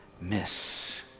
miss